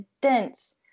dense